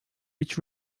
which